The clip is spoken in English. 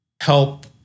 help